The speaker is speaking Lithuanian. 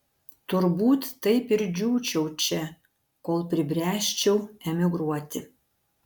turbūt taip ir džiūčiau čia kol pribręsčiau emigruoti